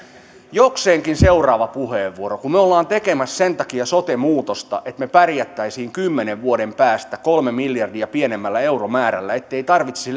jokseenkin seuraava puheenvuoro kun me olemme tekemässä sen takia sote muutosta että me pärjäisimme kymmenen vuoden päästä kolme miljardia pienemmällä euromäärällä ettei tarvitsisi